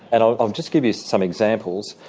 and i'll um just give you some examples.